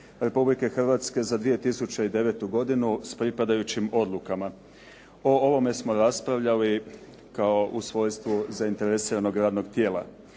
Republike Hrvatske za 2009. godinu s pripadajućim odlukama. O ovome smo raspravljali kao u svojstvu zainteresiranog radnog tijela.